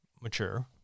mature